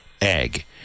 egg